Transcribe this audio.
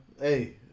hey